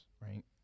right